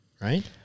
right